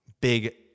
big